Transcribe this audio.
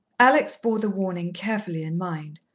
alex bore the warning carefully in mind,